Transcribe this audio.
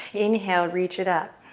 inhale, reach it up.